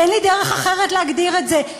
אין לי דרך אחרת להגדיר את זה.